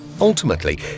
Ultimately